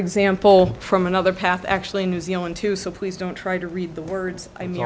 example from another path actually new zealand who simply don't try to read the words i mean